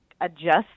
adjust